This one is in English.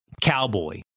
cowboy